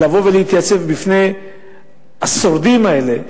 לבוא ולהתייצב בפני השורדים האלה,